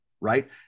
right